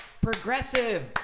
progressive